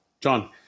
John